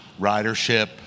ridership